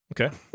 Okay